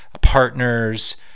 partners